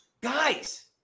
guys